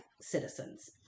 citizens